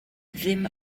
ddim